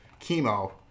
chemo